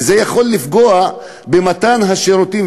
וזה יכול לפגוע במתן השירותים,